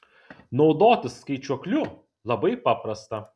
naudotis skaičiuokliu labai paprasta